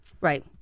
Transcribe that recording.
Right